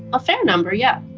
a fair number. yeah